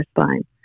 spine